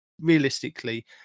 realistically